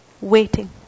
waiting